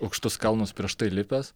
aukštus kalnus prieš tai lipęs